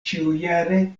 ĉiujare